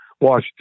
Washington